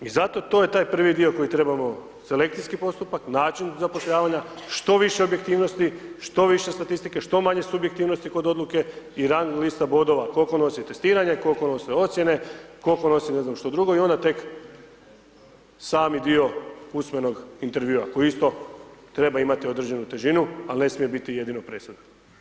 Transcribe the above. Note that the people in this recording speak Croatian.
I zato to je tak prvi dio koji trebamo selekcijski postupak, način zapošljavanja, što više objektivnosti, što više statistike, što manje subjektivnosti kod odluke i rang lista bodova, koliko nosi testiranje, koliko nose ocjene, koliko nosi ne znam što drugo i onda tek sami dio usmenog intervjua koji isto treba imati određenu težinu ali ne smije biti jedino presudan.